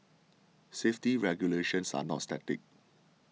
safety regulations are not static